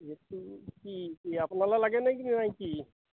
কি আপোনালে লাগে নে কি